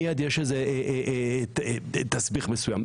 מיד יש איזה תסביך מסוים.